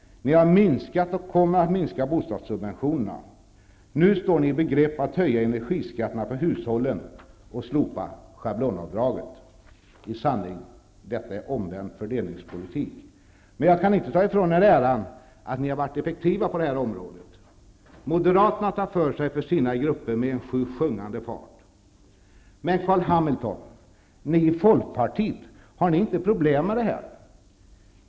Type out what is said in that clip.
Ni har minskat och kommer att minska bostadssubventionerna. Nu står ni i begrepp att höja energiskatterna för hushållen och slopa schablonavdraget. I sanning: Detta är omvänd fördelningspolitik. Men jag kan inte ta ifrån er äran att ni har varit effektiva på detta område. Moderaterna tar för sig för sina grupper med en sjusjungande fart. Men Carl Hamilton, har ni i Folkpartiet inte problem med det här?